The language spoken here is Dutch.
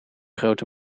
grote